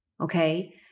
Okay